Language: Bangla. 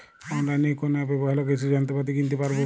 অনলাইনের কোন অ্যাপে ভালো কৃষির যন্ত্রপাতি কিনতে পারবো?